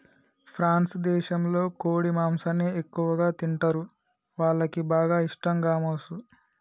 France దేశంలో కోడి మాంసాన్ని ఎక్కువగా తింటరు, వాళ్లకి బాగా ఇష్టం గామోసు